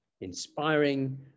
inspiring